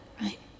right